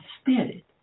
spirit